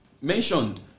mentioned